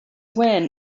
win